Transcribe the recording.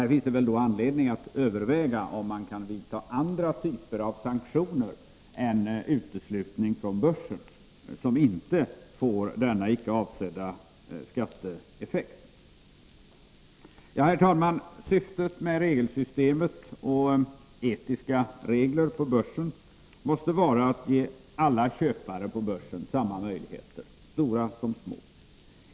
Här finns det väl därför anledning att överväga om man kan använda andra typer av sanktioner än uteslutning från börsen, vilka | inte får denna icke avsedda skatteeffekt. Herr talman! Syftet med systemet med etiska regler på börsen måste vara att ge alla köpare på börsen samma möjligheter — stora som små.